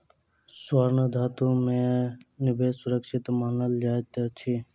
स्वर्ण धातु में निवेश सुरक्षित मानल जाइत अछि